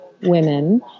women